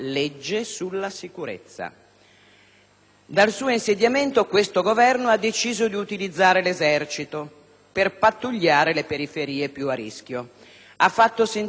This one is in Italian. Dal suo insediamento questo Governo ha deciso di utilizzare l'Esercito per pattugliare le periferie più a rischio, ha fatto sentire il fiato sul collo alla camorra